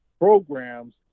programs